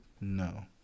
No